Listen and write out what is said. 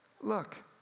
Look